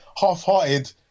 half-hearted